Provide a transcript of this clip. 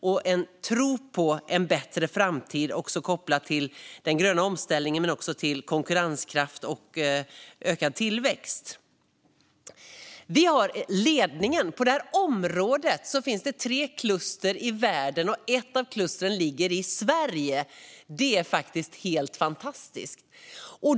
Den har inte heller gynnat en tro på en bättre framtid kopplat till den gröna omställningen men också till konkurrenskraft och ökad tillväxt. På detta område finns tre kluster i världen, och ett av dem ligger i Sverige. Det är helt fantastiskt!